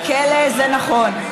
לכלא, זה נכון.